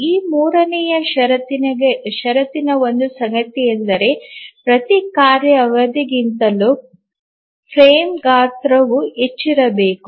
ಈ ಮೂರನೆಯ ಷರತ್ತಿನ ಒಂದು ಸಂಗತಿಯೆಂದರೆ ಪ್ರತಿ ಕಾರ್ಯ ಅವಧಿಗಿಂತಲೂ ಫ್ರೇಮ್ ಗಾತ್ರವು ಹೆಚ್ಚಿರಬೇಕು